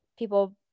People